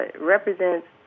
represents